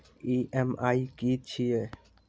EMI की छिये?